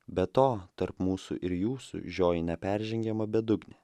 be to tarp mūsų ir jūsų žioji neperžengiama bedugnė